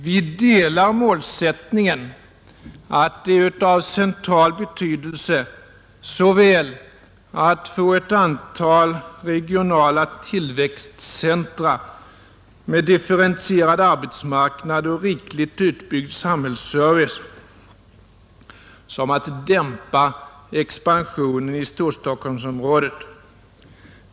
Vi delar målsättningen att det är av central betydelse såväl att få ett antal regionala tillväxtcentra med differentierad arbetsmarknad och rikligt utbyggd samhällsservice som att dämpa expansionen i Storstockholmsområdet.